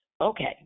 Okay